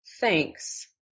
Thanks